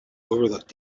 overlooked